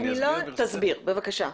תסביר, בבקשה.